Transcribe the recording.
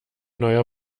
neuer